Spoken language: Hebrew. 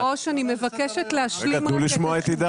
כבוד יושב הראש, אני מבקשת להשלים את התשובה.